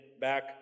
back